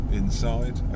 inside